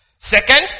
Second